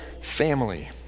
family